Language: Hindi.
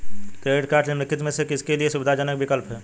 क्रेडिट कार्डस निम्नलिखित में से किसके लिए सुविधाजनक विकल्प हैं?